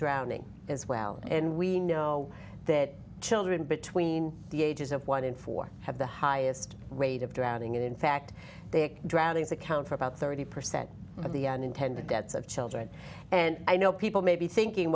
drowning as well and we know that children between the ages of one in four have the highest rate of drowning in fact they drownings account for about thirty percent of the unintended deaths of children and i know people may be thinking